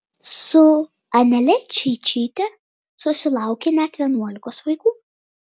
su anele čeičyte susilaukė net vienuolikos vaikų